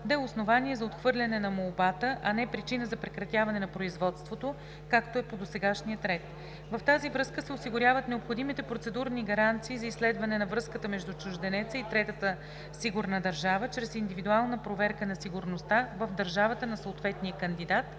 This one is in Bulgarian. е основание за отхвърляне на молбата, а не причина за прекратяване на производството, както е по досегашния ред. В тази връзка се осигуряват необходимите процедурни гаранции за изследване на връзката между чужденеца и третата сигурна държава чрез индивидуална проверка на сигурността в държавата на съответния кандидат